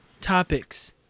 topics